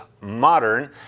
modern